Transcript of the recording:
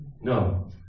No